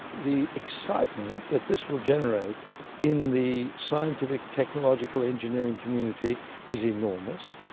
the excitement that this will generate in the scientific, technological, engineering community is enormous,